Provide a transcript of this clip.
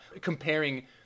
Comparing